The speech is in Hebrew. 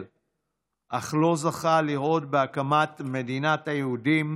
אך לא זכה לראות בהקמת מדינת היהודים,